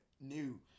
New